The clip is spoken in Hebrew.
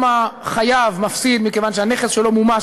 גם החייב מפסיד מכיוון שהנכס שלו מומש